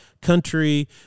country